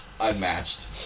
unmatched